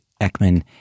Ekman